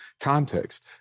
context